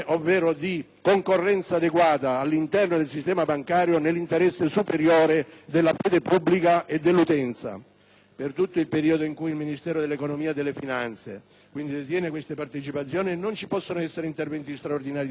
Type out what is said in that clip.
concorrenza adeguata all'interno del sistema bancario nell'interesse superiore della fede pubblica e dell'utenza. Quindi, per tutto il periodo in cui il Ministero dell'economia e delle finanze detiene queste partecipazioni non ci possono essere interventi straordinari di sostegno.